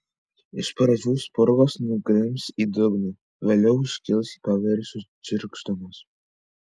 iš pradžių spurgos nugrims į dugną vėliau iškils į paviršių čirkšdamos